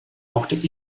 mochten